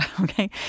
okay